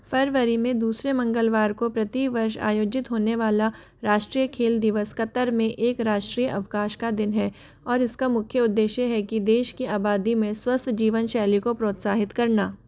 फरवरी में दूसरे मंगलवार को प्रतिवर्ष आयोजित होने वाला राष्ट्रीय खेल दिवस कतर में एक राष्ट्रीय अवकाश का दिन है और इसका मुख्य उद्देश्य हैं देश की आबादी में स्वस्थ जीवन शैली को प्रोत्साहित करना